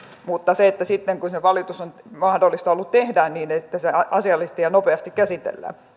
mutta sitten kun se valitus on ollut mahdollista tehdä niin olisi tärkeää että se asiallisesti ja nopeasti käsitellään